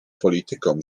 polityką